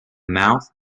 mouth